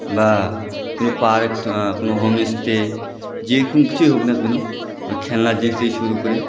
বা কোনো পাহাড়ে হোমস্টে যে কোনো কিছুই হোক না কেন খেলনার জিনিস থেকে শুরু করে